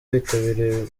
bitabiriye